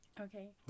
Okay